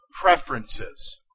preferences